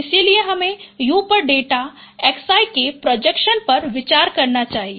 इसलिए हमें u पर डेटा xi के प्रोजेक्शन पर विचार करना चाहिए